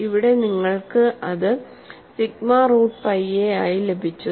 അവിടെ നിങ്ങൾക്ക് അത് സിഗ്മ റൂട്ട് പൈ എ ആയി ലഭിച്ചു